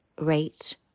rate